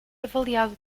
avaliado